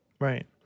Right